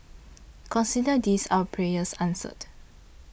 consider this our prayers answered